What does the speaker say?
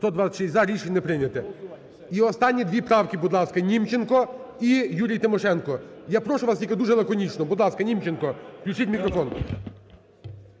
За-126 Рішення не прийняте. І останнє, дві правки, будь ласка, Німченко і Юрій Тимошенко. Я прошу вас тільки дуже лаконічно. Будь ласка, Німченко включіть мікрофон.